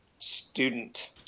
Student